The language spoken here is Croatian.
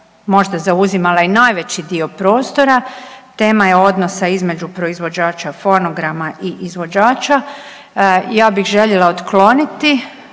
možda zauzimala i najveći dio prostora, tema je odnosa između proizvođača fonograma i izvođača. Ja bih željela otkloniti